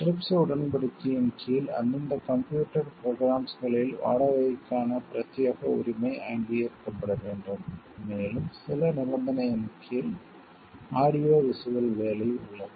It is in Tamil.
TRIPS உடன்படிக்கையின் கீழ் அந்தந்த கம்ப்யூட்டர் ப்ரொக்ராம்ஸ்களில் வாடகைக்கான பிரத்யேக உரிமை அங்கீகரிக்கப்பட வேண்டும் மேலும் சில நிபந்தனைகளின் கீழ் ஆடியோ விஷுவல் வேலை உள்ளது